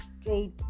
straight